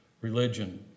religion